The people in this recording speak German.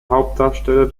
hauptdarsteller